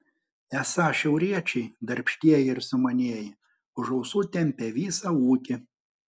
esą šiauriečiai darbštieji ir sumanieji už ausų tempią visą ūkį